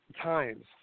times